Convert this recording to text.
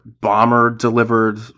bomber-delivered